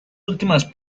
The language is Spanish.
últimas